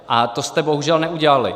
A to jste bohužel neudělali.